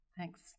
Thanks